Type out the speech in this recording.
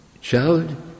child